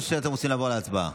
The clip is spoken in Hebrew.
או שאתם רוצים לעבור להצבעה?